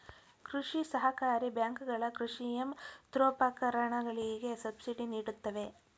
ಕೃಷಿ ಸಹಕಾರಿ ಬ್ಯಾಂಕುಗಳ ಕೃಷಿ ಯಂತ್ರೋಪಕರಣಗಳಿಗೆ ಸಬ್ಸಿಡಿ ನಿಡುತ್ತವೆ